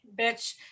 bitch